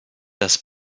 das